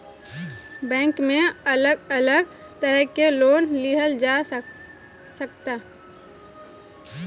bank में अलग अलग तरह के लोन लिहल जा सकता